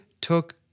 took